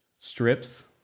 strips